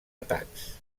atacs